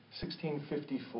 1654